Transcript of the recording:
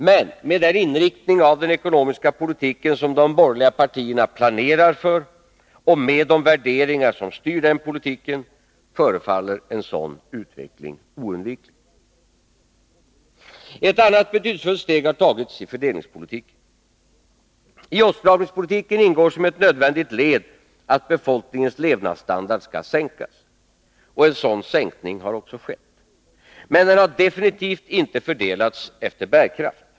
Men med den inriktning av den ekonomiska politiken som de borgerliga partierna planerar för och med de värderingar som styr denna politik förefaller en sådan utveckling oundviklig. Ett annat betydelsefullt steg har tagits i fördelningspolitiken. I åtstramningspolitiken ingår som ett nödvändigt led att befolkningens levnadsstandard skall sänkas. En sådan sänkning har också skett. Men den har definitivt inte fördelats efter bärkraft.